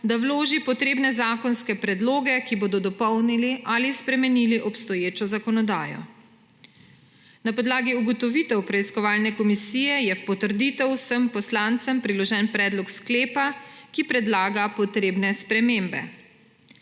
da vloži potrebne zakonske predloge, ki bodo dopolnili ali spremenili obstoječo zakonodajo. Na podlagi ugotovitev preiskovalne komisije je v potrditev vsem poslancem priložen predlog sklepa, ki predlaga potrebne spremembe.